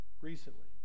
recently